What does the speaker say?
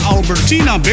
Albertina